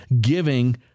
giving